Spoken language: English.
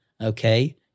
okay